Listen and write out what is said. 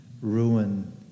ruin